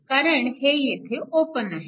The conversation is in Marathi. कारण हे येथे ओपन आहे